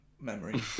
memory